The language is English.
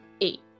eight